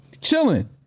chilling